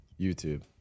YouTube